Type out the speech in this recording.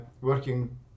working